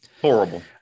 Horrible